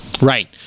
right